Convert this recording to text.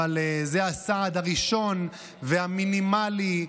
זה הסעד הראשון והמינימלי.